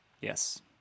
Yes